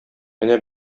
менә